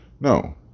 no